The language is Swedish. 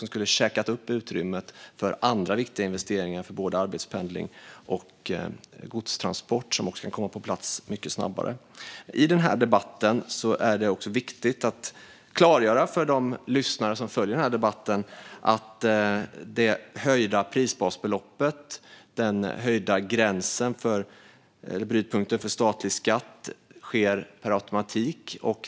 De skulle ha käkat upp utrymmet för andra viktiga investeringar i både arbetspendling och godstransport, som dessutom kan komma på plats mycket snabbare. I den här debatten är det också viktigt att klargöra för dem som lyssnar att höjningen av prisbasbeloppet och höjningen av brytpunkten för statlig skatt sker per automatik.